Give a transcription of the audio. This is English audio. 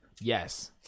Yes